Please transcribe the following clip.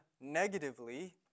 negatively